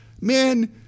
man